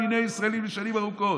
על מיליוני ישראלים לשנים ארוכות.